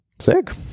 sick